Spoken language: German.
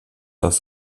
das